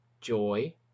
joy